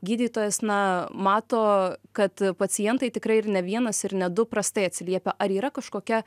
gydytojas na mato kad pacientai tikrai ir ne vienas ir ne du prastai atsiliepia ar yra kažkokia